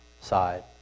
side